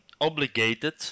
obligated